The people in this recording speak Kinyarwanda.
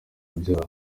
byabo